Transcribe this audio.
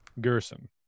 Gerson